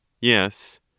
Yes